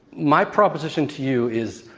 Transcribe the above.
my proposition to you is,